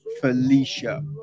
Felicia